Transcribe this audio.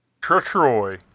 troy